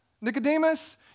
Nicodemus